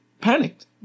panicked